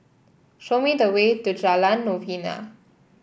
show me the way to Jalan Novena